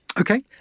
okay